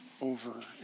over